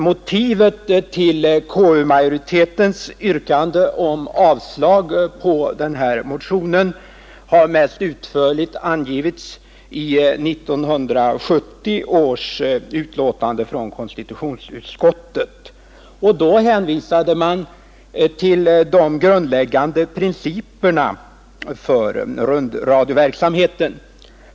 Motivet till konstitutionsutskottsmajoritetens yrkande om avslag på motionen har mest utförligt angivits i 1970 års utlåtande från konstitutionsutskottet, och då hänvisade man till de grundläggande principerna för rundradioverksamheten.